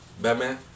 Batman